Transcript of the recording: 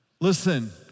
Listen